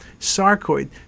Sarcoid